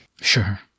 Sure